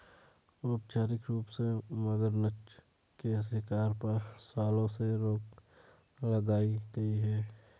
औपचारिक रूप से, मगरनछ के शिकार पर, सालों से रोक लगाई गई है